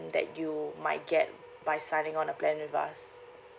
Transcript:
that you might get by signing on a plan with us